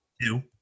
Two